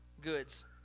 goods